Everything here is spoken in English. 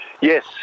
Yes